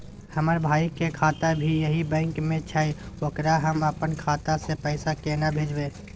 हमर भाई के खाता भी यही बैंक में छै ओकरा हम अपन खाता से पैसा केना भेजबै?